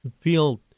feel